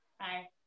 hi